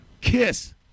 Kiss